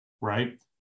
right